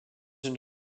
une